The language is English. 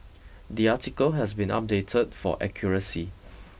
the article has been updated for accuracy